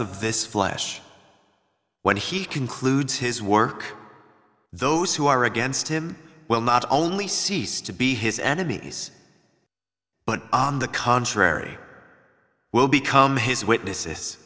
of this flesh when he concludes his work those who are against him well not only cease to be his enemies but on the contrary will become his witnesses